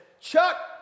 Chuck